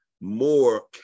more